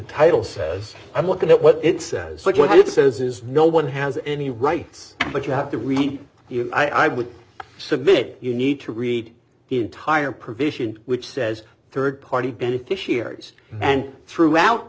title says i'm looking at what it says what it says is no one has any rights but you have to read it i would submit you need to read the entire provision which says rd party beneficiaries and throughout